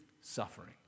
suffering